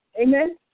Amen